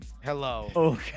hello